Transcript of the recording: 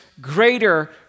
greater